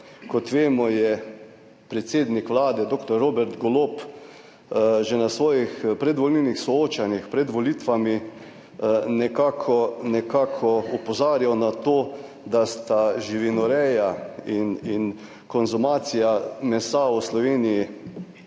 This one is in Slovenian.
Kot vemo je predsednik Vlade, dr. Robert Golob, že na svojih predvolilnih soočenjih pred volitvami nekako opozarjal na to, da sta živinoreja in konzumacija mesa v Sloveniji